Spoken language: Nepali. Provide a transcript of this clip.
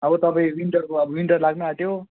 अब तपाईँ विन्टरको विन्टर लाग्नु आँट्यो